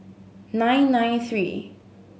nine nine three